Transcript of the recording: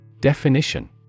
Definition